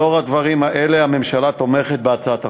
לאור הדברים האלה, הממשלה תומכת בהצעת החוק.